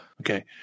Okay